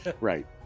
Right